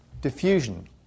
diffusion